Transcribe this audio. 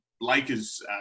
Lakers